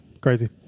Crazy